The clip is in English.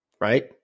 right